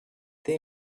they